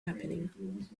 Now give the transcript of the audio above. happening